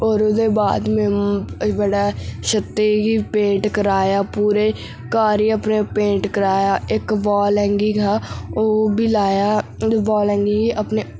और उ'दे बाद में बड़ा छत्तै गी पेंट कराया पूरे घर गी अपने कराया इक वाल हैंगिंग हा ओह् बी लाया ते वाल हैंगिंग गी अपने